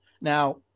Now